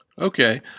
Okay